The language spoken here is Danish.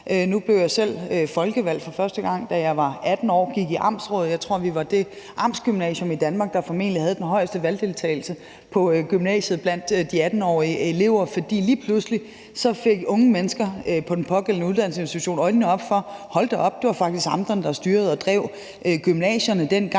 Nu blev jeg selv folkevalgt for første gang, da jeg var 18 år og kom i amtsrådet. Jeg tror, vi var det amtsgymnasium i Danmark, der formentlig havde den højeste valgdeltagelse blandt de 18-årige elever, for lige pludselig fik unge mennesker på den pågældende uddannelsesinstitution øjnene op for, at det faktisk var amterne, der er styrede og drev gymnasierne dengang,